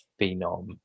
phenom